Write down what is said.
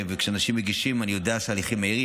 כשאנשים מגישים, אני יודע שההליכים מהירים.